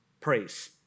praise